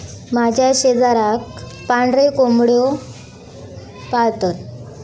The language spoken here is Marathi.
माझ्या शेजाराक पांढरे कोंबड्यो पाळतत